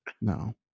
No